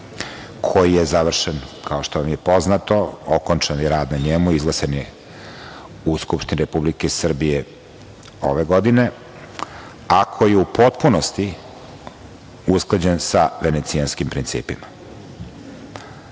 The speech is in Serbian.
koji je završen, kao što vam je poznato, okončan je rad na njemu, izglasan je u Skupštini Republike Srbije ove godine, a koji je u potpunosti usklađen sa Venecijanskim principima. Novim